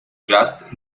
just